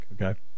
okay